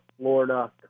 florida